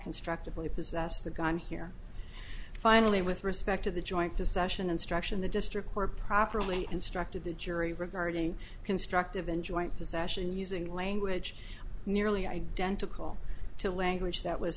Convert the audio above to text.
constructively possess the gun here finally with respect to the joint possession instruction the district court properly instructed the jury regarding constructive and joint possession using language nearly identical to language that w